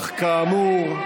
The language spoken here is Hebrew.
אך כאמור,